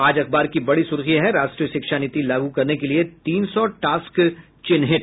आज अखबार की बड़ी सुर्खी है राष्ट्रीय शिक्षा नीति लागू करने के लिये तीन सौ टास्क चिन्हित